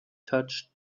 touched